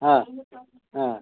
ആ ആ